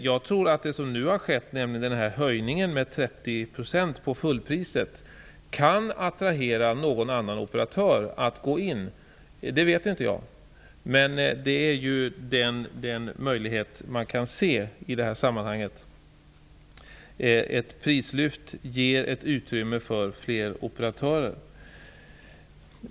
Jag tror att det som nu har skett, nämligen höjningen av fullpriset med 30 %, kan attrahera en annan operatör att gå in. Jag vet inte det, men det är en möjlighet som man kan se i detta sammanhang. Ett prislyft ger utrymme för fler operatörer.